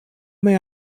may